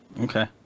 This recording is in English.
Okay